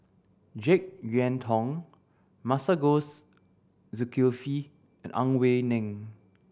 Jek Yeun Thong Masagos Zulkifli and Ang Wei Neng